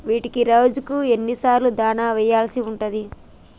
వీటికి రోజుకు ఎన్ని సార్లు దాణా వెయ్యాల్సి ఉంటది?